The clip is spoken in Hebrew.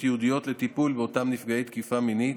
ייעודיות לטיפול באותם נפגעי תקיפה מינית